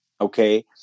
Okay